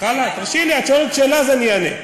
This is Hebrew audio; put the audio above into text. תרשי לי, את שואלת שאלה, אז אני אענה.